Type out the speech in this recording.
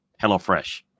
HelloFresh